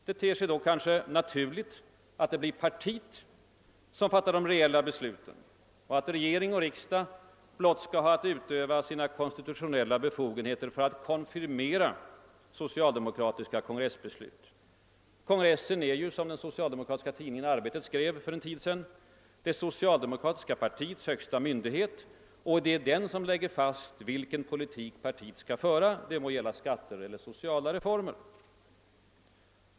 Det ter sig då måhända naturligt att det blir partiet som fattar de reella besluten och att regering och riksdag blott har att utöva sina konstitutionella befogenheter för att konfirmera socialdemokratiska kongressbeslut. Partikongressen är som den socialdemokratiska tidningen Arbetet skrev för en tid sedan det socialdemokratiska partiets högsta myndighet och det är den som lägger fast vilken politik partiet skall föra, det må gälla skatter eller sociala reformer.